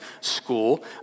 school